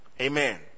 Amen